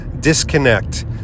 disconnect